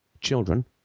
children